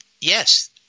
Yes